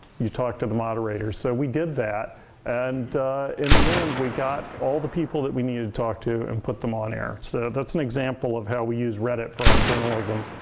you talk to the moderators. so we did that and in the end, we got all the people that we needed to talk to and put them on air. so that's an example of how we use reddit for our journalism.